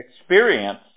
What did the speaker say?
experience